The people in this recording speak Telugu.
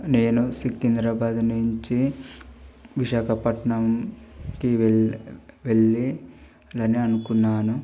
నేను సికింద్రాబాద్ నుంచి విశాఖపట్నంకి వెల్ వెళ్ళాలని అనుకున్నాను